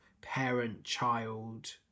parent-child